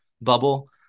bubble